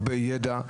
הרבה ידע,